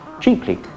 cheaply